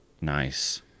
Nice